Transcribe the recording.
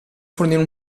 fornire